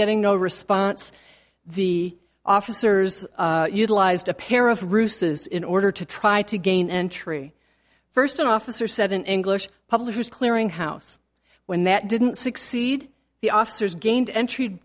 getting no response the officers utilized a pair of bruce's in order to try to gain entry first officer said in english publisher's clearinghouse when that didn't succeed the officers gained entry